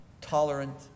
tolerant